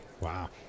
Wow